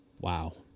Wow